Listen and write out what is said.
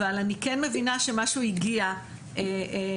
אבל אני כן מבינה שמשהו הגיע לצרכני,